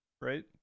right